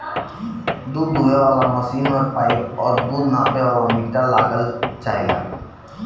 दूध दूहे वाला मशीन में पाइप और दूध नापे वाला मीटर लागल रहेला